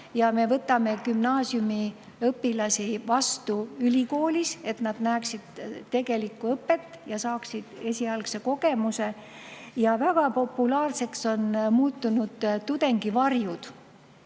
ja me võtame gümnaasiumiõpilasi vastu ülikoolis, et nad näeksid tegelikku õpet ja saaksid esialgse kogemuse. Ja väga populaarseks on muutunud tudengivarjud.